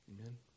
Amen